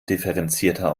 differenzierter